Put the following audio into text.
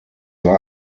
war